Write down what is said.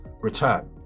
return